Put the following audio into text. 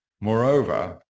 Moreover